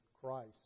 Christ